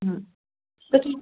ആ ഇപ്പം കി